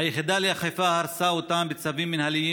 היחידה לאכיפה הרסה אותם בצווים מינהליים